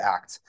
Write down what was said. Act